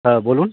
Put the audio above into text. হ্যাঁ বলুন